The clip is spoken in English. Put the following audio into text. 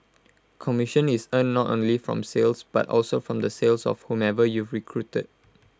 commission is earned not only from sales but also from the sales of whomever you've recruited